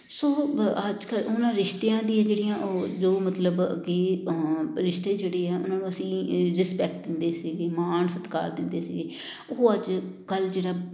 ਸੋ ਅੱਜ ਕੱਲ੍ਹ ਉਹਨਾਂ ਰਿਸ਼ਤਿਆਂ ਦੀਆਂ ਜਿਹੜੀਆਂ ਉਹ ਜੋ ਮਤਲਬ ਅੱਗੇ ਰਿਸ਼ਤੇ ਜਿਹੜੇ ਆ ਉਹਨਾਂ ਨੂੰ ਅਸੀਂ ਰਿਸਪੈਕਟ ਦਿੰਦੇ ਸੀਗੇ ਮਾਣ ਸਤਿਕਾਰ ਦਿੰਦੇ ਸੀਗੇ ਉਹ ਅੱਜ ਕੱਲ੍ਹ ਜਿਹੜਾ